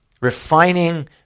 Refining